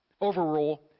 Overrule